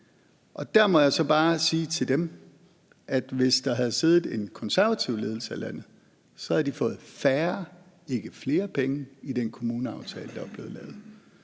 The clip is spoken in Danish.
Og der må jeg så bare sige til dem, at hvis der havde siddet en konservativ ledelse af landet, havde de fået færre, ikke flere, penge i den kommuneaftale, der er blevet lavet.